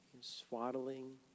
swaddling